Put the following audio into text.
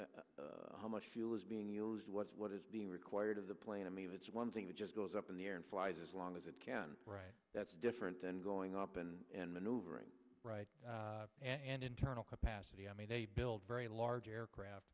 whether how much fuel is being used what's what is being required of the plane i mean it's one thing that just goes up in the air and flies as long as it can that's different than going up and and maneuvering and internal capacity i mean they build very large aircraft